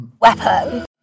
Weapon